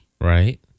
Right